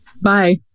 Bye